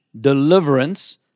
deliverance